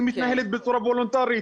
מתנהלת בצורה וולונטרית.